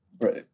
Right